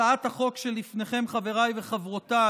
הצעת החוק שלפניכם, חבריי וחברותיי,